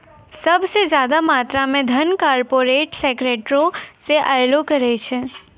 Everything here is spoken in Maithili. सभ से ज्यादा मात्रा मे धन कार्पोरेटे सेक्टरो से अयलो करे छै